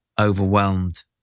overwhelmed